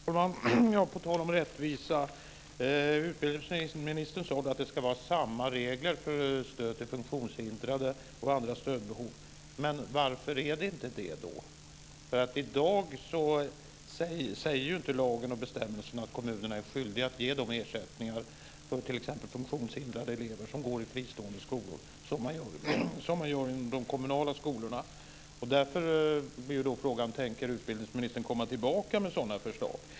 Fru talman! På tal om rättvisa sade utbildningsministern att det ska vara samma regler för stöd till funktionshindrade och andra med samma stödbehov. Men varför är det inte det då? I dag säger inte lagen och bestämmelserna att kommunerna är skyldiga att ge de ersättningar för t.ex. funktionshindrade elever som går i fristående skolor som man gör i de kommunala skolorna. Därför blir frågan: Tänker utbildningsministern komma tillbaka med sådana förslag?